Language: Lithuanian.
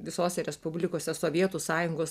visose respublikose sovietų sąjungos